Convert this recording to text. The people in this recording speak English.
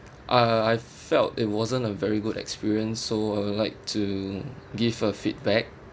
uh I felt it wasn't a very good experience so I would like to give a feedback